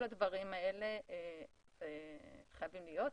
כל הדברים האלה חייבים להיות.